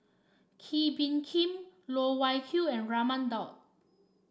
Kee Bee Khim Loh Wai Kiew and Raman Daud